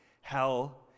Hell